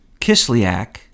Kislyak